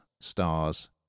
stars